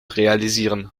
realisieren